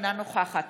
אינה נוכחת